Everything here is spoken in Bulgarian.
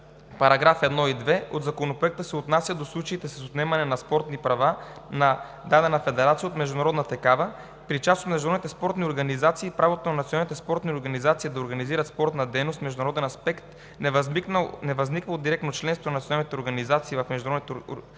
Параграфи 1 и 2 се отнасят до случаите с отнемане на спортни права на дадена федерация от международна такава при част от международните спортни организации и правото на националните спортни организации да организират спортна дейност в международен аспект, невъзникнал от директно членство на националните организации в международните организации,